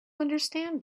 understand